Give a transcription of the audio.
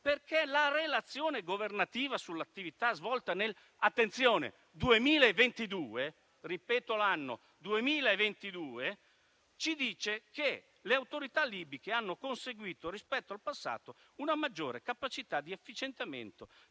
La relazione governativa sull'attività svolta nel 2022 - attenzione, ripeto, nel 2022 - ci dice che le autorità libiche hanno conseguito, rispetto al passato, una maggiore capacità di efficientamento